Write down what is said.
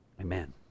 Amen